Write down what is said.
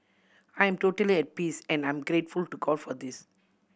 I am totally at peace and I'm grateful to God for this